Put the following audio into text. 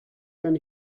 kann